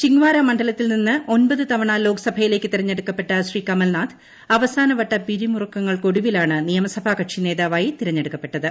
ചിന്ദ്വാര മണ്ഡലത്തിൽ നിന്ന് ഒമ്പത് തവണ ലോക്സഭയിലേക്ക് തിരഞ്ഞെടുക്കപ്പെട്ട ശ്രീ കമൽനാഥ് അവസാനവട്ട പിരിമുറുക്കങ്ങൾക്കൊടുവിലാണ് നിയമസഭാ കക്ഷി നേതാവായി തിരഞ്ഞെടുക്കപ്പെട്ടത്